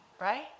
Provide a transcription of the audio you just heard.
Right